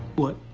what?